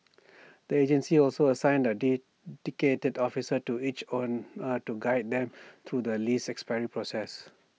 the agency also assigned A dedicated officer to each owner to guide them through the lease expiry process